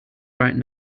right